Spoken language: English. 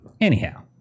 Anyhow